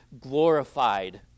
glorified